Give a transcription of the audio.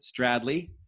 Stradley